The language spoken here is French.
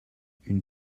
une